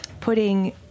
putting